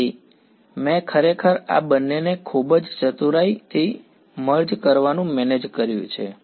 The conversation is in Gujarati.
તેથી મેં ખરેખર આ બંનેને ખૂબ જ ચતુરાઈથી મર્જ કરવાનું મેનેજ કર્યું છે